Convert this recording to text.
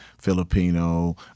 Filipino